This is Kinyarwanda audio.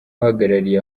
uhagarariye